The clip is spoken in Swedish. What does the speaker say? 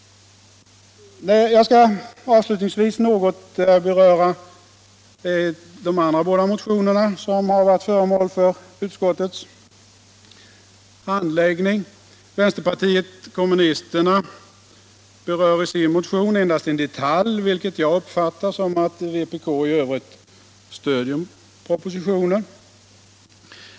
Jag skall avslutningsvis något beröra de båda andra motioner som varit föremål för utskottets handläggning. Vänsterpartiet kommunisterna berör i sin motion endast en detalj, något som jag uppfattar som att vpk i övrigt stöder propositionen.